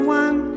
one